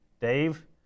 Dave